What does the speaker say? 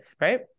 right